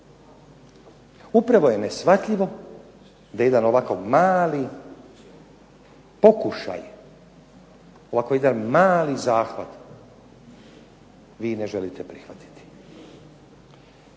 Upravo je neshvatljivo da jedan ovako mali pokušaj, ovako jedan mali zahvat vi ne želite prihvatiti.